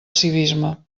civisme